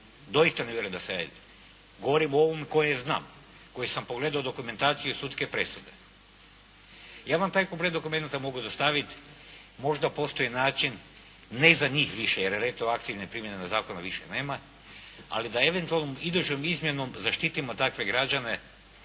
doista ne vjerujem da se radi, govorim o ovom koje znam, koje sam pogledao dokumentaciju i sudske presude. Ja vam taj komplet dokumenata mogu dostaviti, možda postoji način ne za njih više jer retroaktivne primjene zakona više nema, ali da eventualno idućom izmjenom zaštitimo takve građane